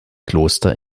kloster